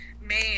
man